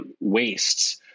wastes